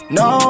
no